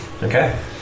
Okay